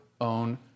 own